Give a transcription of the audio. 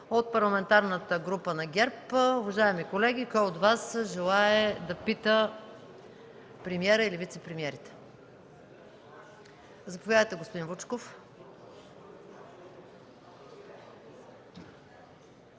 от Парламентарната група на ГЕРБ. Уважаеми колеги, кой от Вас желае да пита премиера или вицепремиерите? Заповядайте, господин Вучков.